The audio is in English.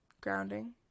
grounding